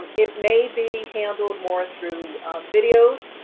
it may be handled more through videos.